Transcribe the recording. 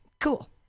Cool